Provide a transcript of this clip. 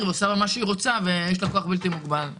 ועושה בה מה שהיא רוצה ויש לה כוח בלתי מוגבל,